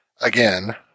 again